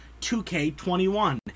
2K21